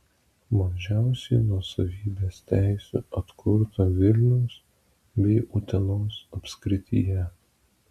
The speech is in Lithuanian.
mažiausiai nuosavybės teisių atkurta vilniaus bei utenos apskrityje